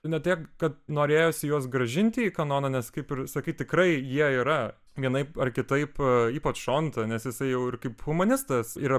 ne tiek kad norėjosi juos grąžinti į kanoną nes kaip ir sakyti tikrai jie yra vienaip ar kitaip ypač šonta nes jisai jau ir kaip humanistas yra